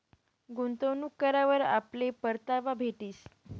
गुंतवणूक करावर आपले परतावा भेटीस